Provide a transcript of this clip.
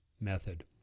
method